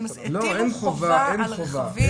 הם הטילו חובה על הרכבים --- לא,